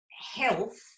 health